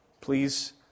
Please